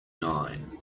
nine